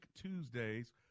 Tuesdays